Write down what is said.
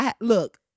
look